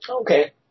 Okay